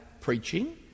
preaching